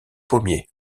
pommiers